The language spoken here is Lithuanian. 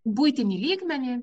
buitinį lygmenį